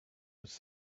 was